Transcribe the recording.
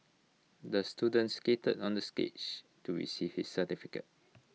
the student skated onto the stage to receive his certificate